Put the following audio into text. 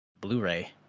blu-ray